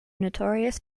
notorious